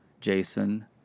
Jason